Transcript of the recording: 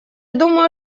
думаю